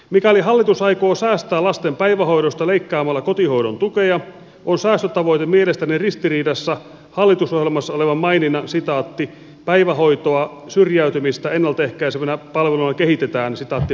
mikäli hallitus aikoo säästää lasten päivähoidosta leikkaamalla kotihoidon tukea on säästötavoite mielestäni ristiriidassa hallitusohjelmassa olevan maininnan päivähoitoa syrjäytymistä ennalta ehkäisevänä palveluna kehitetään kanssa